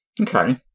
Okay